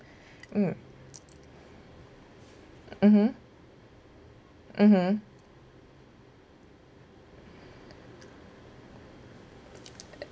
mm mmhmm mmhmm